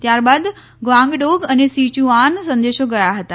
ત્યારબાદ ગ્વાંગડોગ અને સીચુઆન સંદેશો ગયા હતા